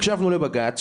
הקשבנו לבג"צ,